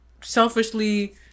selfishly